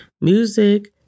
music